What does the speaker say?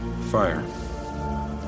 Fire